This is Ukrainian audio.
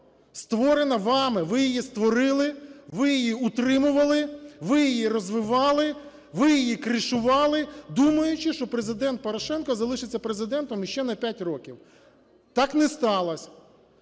створена вами, ви її створили, ви її утримували, ви її розвивали, ви її "кришували", думаючи, що Президент Порошенко залишиться Президентом ще на п'ять років. Так не сталось.